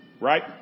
right